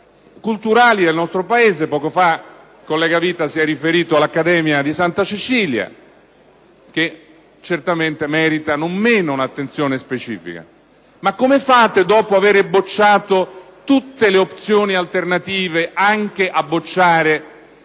culturali del nostro Paese. Poco fa il collega Vita si è riferito all'Accademia Nazionale di Santa Cecilia, che certamente merita un'attenzione non meno specifica. Come fate, dopo avere bocciato tutte le opzioni alternative, anche a bocciare